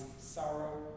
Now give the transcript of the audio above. sorrow